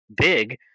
big